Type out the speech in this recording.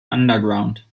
underground